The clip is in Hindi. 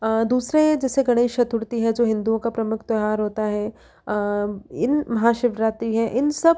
दूसरे जैसे गणेश चतुर्थी है जो हिन्दूओं का प्रमुख त्योहार होता है इन महाशिवरात्रि है इन सब